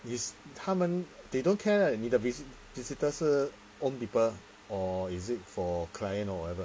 is 他们 they don't care like visit~ visitor 是 own people or is it for client or whatever